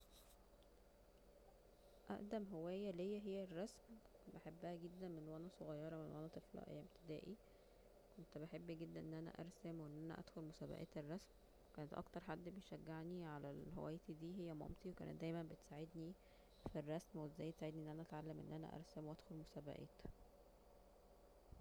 اقدم هواية ليها هي الرسم بحبها جدا من وانا صغيرة من وانا طفلة ايام ابتدائي كنت بحب جدا أن أنا ارسم وان أنا ادخل مسابقات الرسم وكانت اكتر حد بيشجعني على هوايتي دي هي مامتي وكانت دايما بتساعدني في الرسم وازاي تساعدني أن أنا ارسم وادخل مسابقات